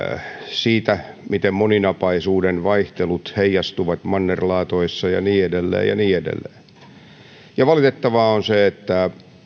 siinä miten moninapaisuuden vaihtelut heijastuvat mannerlaatoissa ja niin edelleen ja niin edelleen valitettavaa on se että